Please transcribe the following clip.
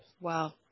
Wow